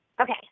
okay